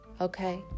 okay